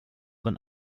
than